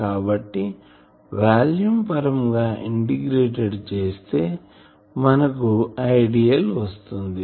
కాబట్టి వాల్యూం పరంగా ఇంటిగ్రేటెడ్ చేస్తే మనకు Idl వస్తుంది